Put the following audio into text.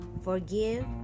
forgive